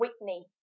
Whitney